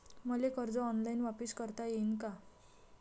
मले कर्ज ऑनलाईन वापिस करता येईन का?